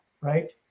Right